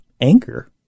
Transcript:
anchor